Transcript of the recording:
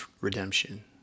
redemption